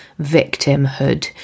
victimhood